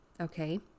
okay